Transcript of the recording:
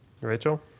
Rachel